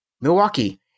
Milwaukee